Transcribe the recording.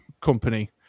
company